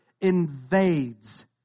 invades